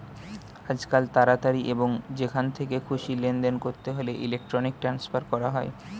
আজকাল তাড়াতাড়ি এবং যেখান থেকে খুশি লেনদেন করতে হলে ইলেক্ট্রনিক ট্রান্সফার করা হয়